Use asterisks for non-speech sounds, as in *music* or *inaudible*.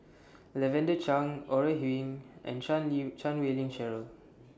Lavender Chang Ore Huiying and Chan *unintelligible* Chan Wei Ling Cheryl